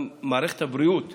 גם מערכת הבריאות,